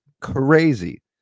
crazy